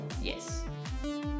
Yes